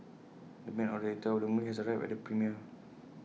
the main actor of the movie has arrived at the premiere